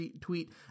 tweet